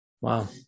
Wow